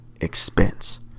expense